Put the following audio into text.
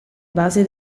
basi